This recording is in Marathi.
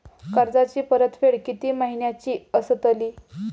कर्जाची परतफेड कीती महिन्याची असतली?